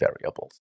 variables